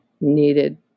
needed